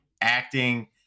acting